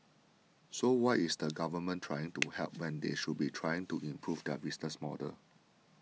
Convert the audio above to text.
so why is the government trying to help when they should be trying to improve their business model